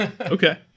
okay